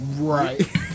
Right